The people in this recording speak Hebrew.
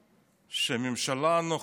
שהממשלה הנוכחית